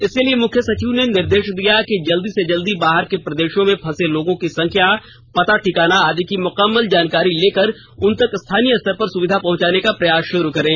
इसके लिए मुख्य सचिव ने निर्देश दिया कि जल्द से जल्द बाहर के प्रदेशों में फंसे लोगों की संख्या पता ठिकाना आदि की मुकम्मल जानकारी लेकर उन तक स्थानीय स्तर पर सुविधा पहुंचाने का प्रयास शुरू करें